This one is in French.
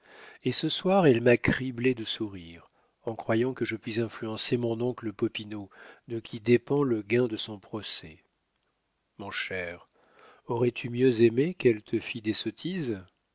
et ce soir elle m'a criblé de sourires en croyant que je puis influencer mon oncle popinot de qui dépend le gain de son procès mon cher aurais-tu mieux aimé qu'elle te fît des sottises